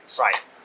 Right